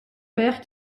père